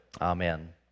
Amen